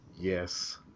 Yes